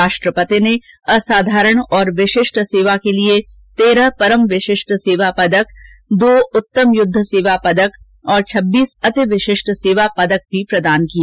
राष्ट्रपति ने असाधारण और विशिष्ट सेवा के लिए तेरह परम विशिष्ट सेवा पदक दो उत्तम युद्ध सेवा पदक और छब्बीस अति विशिष्ट सेवा पदक भी प्रदान किए